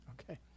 Okay